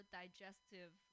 digestive